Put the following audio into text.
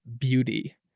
beauty